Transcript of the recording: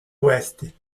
questi